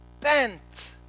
bent